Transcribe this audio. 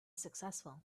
successful